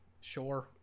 sure